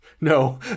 No